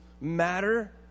matter